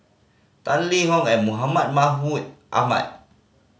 Tan Lee Mahmud Ahmad